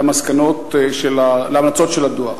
להמלצות של הדוח.